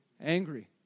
Angry